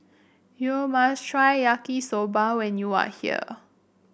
you must try Yaki Soba when you are here